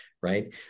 right